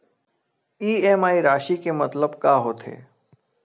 EMI राशि के मतलब का होथे?